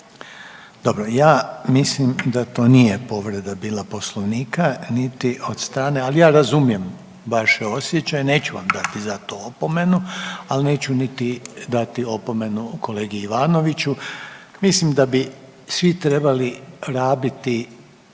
Dobro ja mislim da to nije povreda bila Poslovnika niti od strane, ali ja razumijem vaše osjećaje, neću vam dati za to opomenu, ali neću dati niti opomenu kolegi Ivanoviću. Mislim da bi svi trebali rabiti